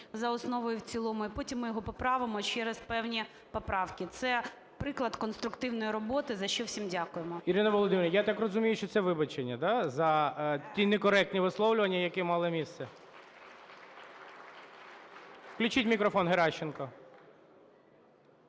за основу і в цілому. І потім ми його поправимо через певні поправки. Це приклад конструктивної роботи, за що всім дякуємо. ГОЛОВУЮЧИЙ. Ірина Володимирівна, я так розумію, що це вибачення, да, за ті некоректні висловлювання, які мали місце? Включіть мікрофон Геращенко.